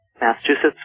Massachusetts